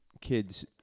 kids